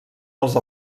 als